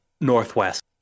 northwest